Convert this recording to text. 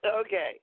Okay